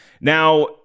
Now